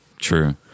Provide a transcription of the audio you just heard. True